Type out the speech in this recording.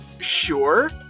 Sure